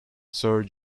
sir